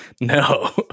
No